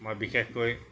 মই বিশেষকৈ